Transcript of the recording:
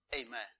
Amen